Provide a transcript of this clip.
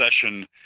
session